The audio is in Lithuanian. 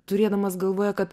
turėdamas galvoje kad